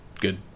good